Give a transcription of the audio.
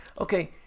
okay